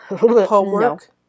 Homework